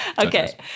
Okay